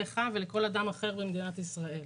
לך ולכל אדם אחר במדינת ישראל.